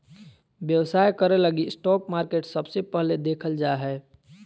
व्यवसाय करे लगी स्टाक मार्केट सबसे पहले देखल जा हय